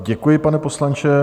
Děkuji, pane poslanče.